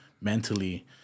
mentally